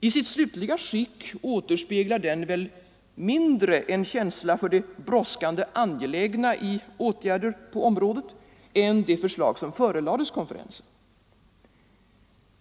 I sitt slutliga skick återspeglar den väl mindre en känsla för det brådskande angelägna i åtgärder på området än det förslag som förelades konferensen.